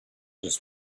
just